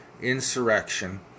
insurrection